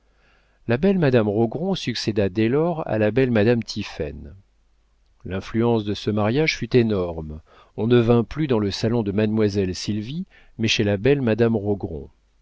la belle madame rogron succéda dès lors à la belle madame tiphaine l'influence de ce mariage fut énorme on ne vint plus dans le salon de mademoiselle sylvie mais chez la belle madame rogron